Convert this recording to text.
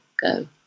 go